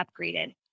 upgraded